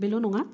बेल' नङा